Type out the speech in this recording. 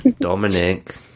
Dominic